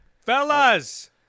fellas